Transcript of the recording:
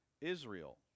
Israel